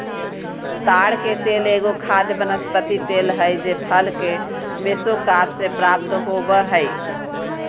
ताड़ के तेल एगो खाद्य वनस्पति तेल हइ जे फल के मेसोकार्प से प्राप्त हो बैय हइ